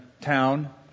town